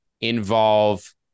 involve